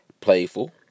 playful